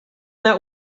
that